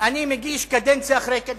אני מגיש קדנציה אחרי קדנציה,